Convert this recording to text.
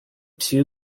two